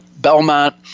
Belmont